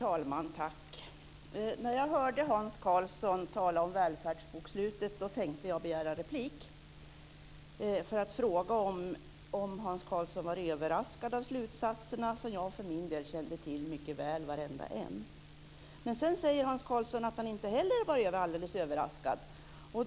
Herr talman! När jag hörde Hans Karlsson tala om Välfärdsbokslutet tänkte jag begära replik för att fråga om han var överraskad av slutsatserna - jag kände till varenda en mycket väl. Men sedan sade Hans Karlsson att inte han heller var alldeles överraskad.